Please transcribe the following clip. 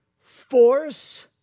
force